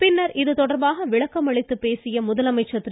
பின்னர் இதுதொடர்பாக விளக்கமளித்து பேசிய முதலமைச்சர் திரு